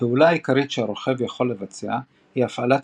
הפעולה העיקרית שהרוכב יכול לבצע הוא הפעלת